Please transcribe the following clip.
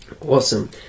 Awesome